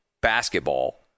basketball